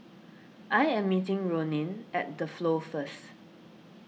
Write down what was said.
I am meeting Ronin at the Flow first